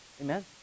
Amen